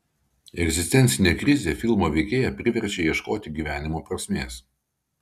egzistencinė krizė filmo veikėją priverčia ieškoti gyvenimo prasmės